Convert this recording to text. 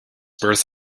birth